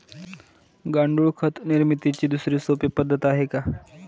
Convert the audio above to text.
गांडूळ खत निर्मितीची दुसरी सोपी पद्धत आहे का?